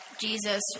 Jesus